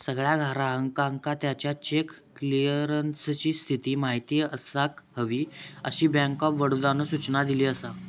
सगळ्या ग्राहकांका त्याच्या चेक क्लीअरन्सची स्थिती माहिती असाक हवी, अशी बँक ऑफ बडोदानं सूचना दिली असा